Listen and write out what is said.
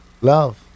Love